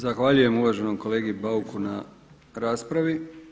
Zahvaljujem uvaženom kolegi Bauku na raspravi.